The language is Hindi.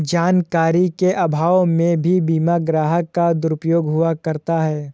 जानकारी के अभाव में भी बीमा ग्राहक का दुरुपयोग हुआ करता है